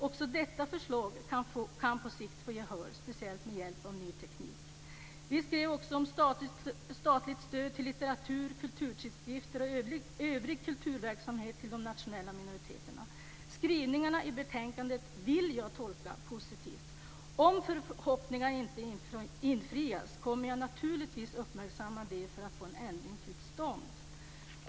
Också detta förslag kan på sikt vinna gehör, speciellt med hjälp av ny teknik. Vi har också skrivit om statligt stöd till litteratur och kulturtidskrifter och övrig kulturverksamhet till de nationella minoriteterna. Jag vill tolka skrivningarna i betänkandet positivt. Om förhoppningarna inte infrias kommer jag naturligtvis att uppmärksamma det för att få en ändring till stånd.